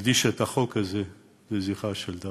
להקדיש את החוק הזה לזכרה של דפנה.